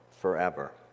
forever